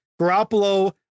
Garoppolo